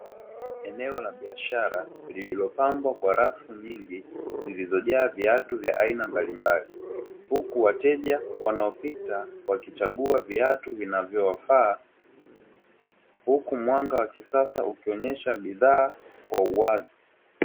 Eneo la biashara lililopangwa kwa rafu nyingi zilizo jaa viatu vya aina mbalimbali, huku wateja wanaopita wakichagua viatu vinavyowafaa ,huku mwanga wa kisasa ukionyesha bidhaa kwa uwazi.